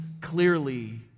clearly